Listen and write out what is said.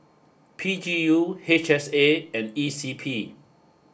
P G U H S A and E C P